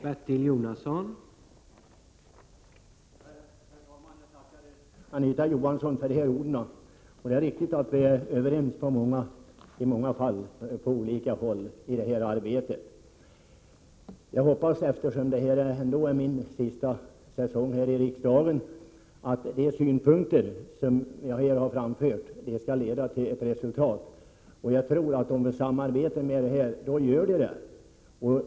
Herr talman! Jag tackar Anita Johansson för de här orden. Det är riktigt att vi är överens i många fall i arbetet här. Eftersom det är min sista säsong här i riksdagen hoppas jag att de synpunkter som jag här har framfört skall leda till att resultat kan uppnås. Jag tror att det är möjligt, om vi samarbetar i dessa frågor.